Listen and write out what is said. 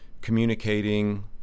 communicating